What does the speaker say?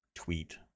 tweet